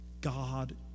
God